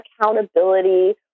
accountability